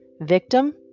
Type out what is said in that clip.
victim